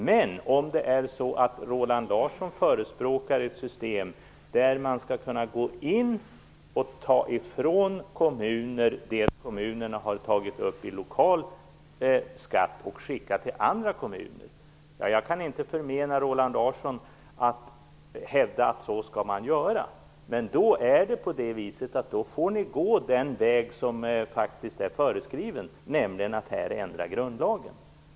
Men Roland Larsson verkar förespråka ett system där man skall kunna gå in och ta ifrån kommunerna det de har tagit upp i lokal skatt och skicka det till andra kommuner. Jag kan inte förmena Roland Larsson att hävda att man skall göra så, men då får man gå den väg som faktiskt är föreskriven, nämligen att här ändra grundlagen.